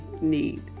need